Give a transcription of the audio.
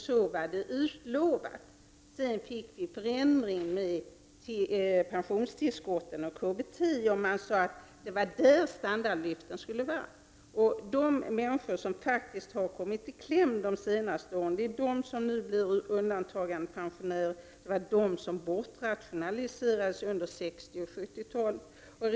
Sedan förändrades läget genom att pensionstillskotten och KBT skulle utgöra standardhöjningen. Undantagandepensionärerna, vilka har kommit i kläm, var de som bortrationaliserades under 1960 och 1970-talen.